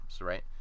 right